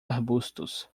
arbustos